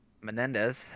Menendez